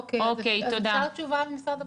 אוקיי, אז אפשר תשובה ממשרד הבריאות?